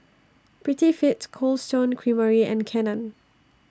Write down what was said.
Prettyfit Cold Stone Creamery and Canon